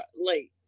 late